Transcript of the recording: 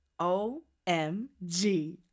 OMG